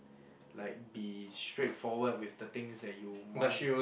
like be straightforward with the things that you want